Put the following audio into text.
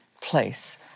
place